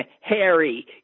Harry